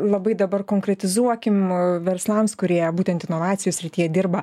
labai dabar konkretizuokim verslams kurie būtent inovacijų srityje dirba